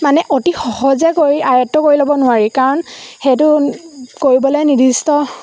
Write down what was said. মানে অতি সহজে কৰি আয়ত্ব কৰি ল'ব নোৱাৰি কাৰণ সেইটো কৰিবলৈ নিৰ্দিষ্ট